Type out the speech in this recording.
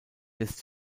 lässt